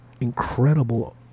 incredible